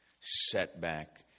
setback